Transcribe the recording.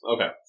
Okay